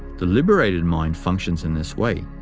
the liberated mind functions in this way,